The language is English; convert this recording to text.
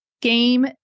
Game